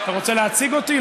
אתה רוצה להציג אותי?